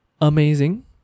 amazing